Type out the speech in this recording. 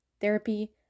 therapy